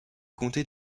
comté